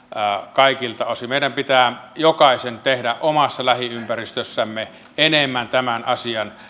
kaikilta osin meidän pitää jokaisen tehdä omassa lähiympäristössämme enemmän tämän asian